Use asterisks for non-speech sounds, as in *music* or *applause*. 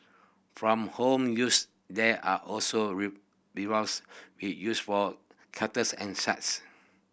from home use there are also *unintelligible* we use for kettles and such